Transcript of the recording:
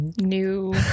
new